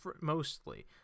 mostly